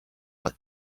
but